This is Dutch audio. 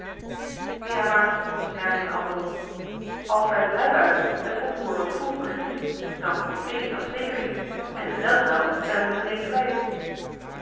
ja maar merkte een ander op als bij de vrijbuiters het oproer wat vroeg begint komt veritas zeker niet en den melkmuil zijn we meteen kwijt